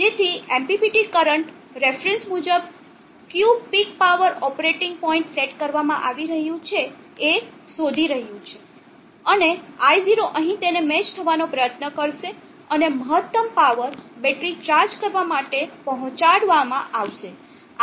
તેથી MPPT current reference મુજબ કયું peak power operating point set કરવામાં આવી રહ્યું છે એ શોધી રહ્યું છે અને i0 અહીં તેને મેચ થવાનો પ્રયત્ન કરશે અને મહત્તમ પાવર બેટરી ચાર્જ કરવા માટે પહોંચાડવા માં આવશે